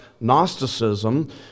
Gnosticism